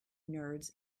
nerds